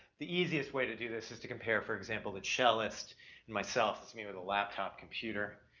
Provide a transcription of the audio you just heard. the easiest way to do this is to compare for example the cellist and myself. that's me with a laptop computer.